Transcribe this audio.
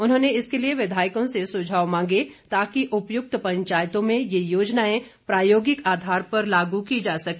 उन्होंने इसके लिए विधायकों से सुझाव मांगे ताकि उपयुक्त पंचायतों में ये योजनाएं प्रायोगिक आधार पर लागू की जा सके